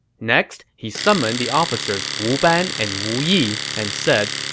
next, he summoned the officers wu ban and wu yi and said,